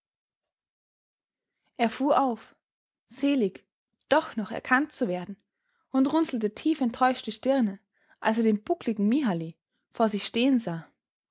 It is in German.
er fuhr auf selig doch noch erkannt zu werden und runzelte tief enttäuscht die stirne als er den buckligen mihly vor sich stehen sah